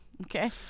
Okay